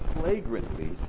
flagrantly